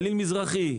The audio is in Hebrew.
גליל מזרחי,